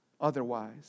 otherwise